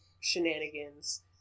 shenanigans